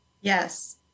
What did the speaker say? Yes